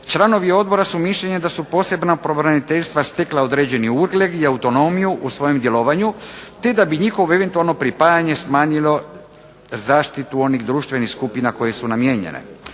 Članovi odbora su mišljenja da su posebna pravobraniteljstva stekla određeni ugled i autonomiju u svojem djelovanju te da bi njihovo eventualno pripajanje smanjilo zaštitu onih društvenih skupina kojim su namijenjene.